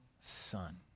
son